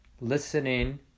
Listening